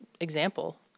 example